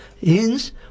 Hence